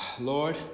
Lord